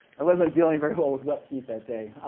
wasn't dealing very well with wet feet that day.